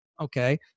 okay